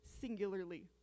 singularly